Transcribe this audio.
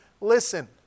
listen